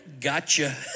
Gotcha